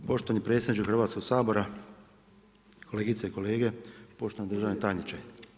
Poštovani predsjedniče Hrvatskog sabora, kolegice i kolege, poštovani državni tajniče.